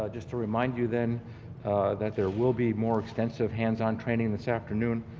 ah just to remind you then that there will be more extensive hands-on training this afternoon,